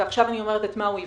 ועכשיו אני אומרת את מה הוא יבחן,